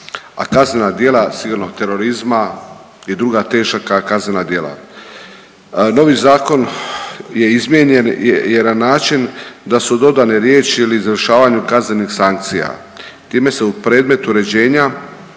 a kaznena djela sigurnog terorizma i druga teška kaznena djela. Novi zakon je izmijenjen na način da su dodane riječi ili izvršavanju kaznenih sankcija. Time se u predmet uređenja